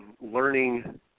learning